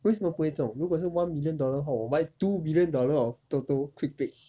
为什么不会中如果是 one million dollar 的话我卖 two million dollar of toto quick pick